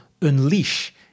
unleash